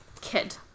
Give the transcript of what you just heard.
kid